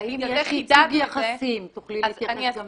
והאם יש ייצוג יחסים, תוכלי להתייחס גם לזה.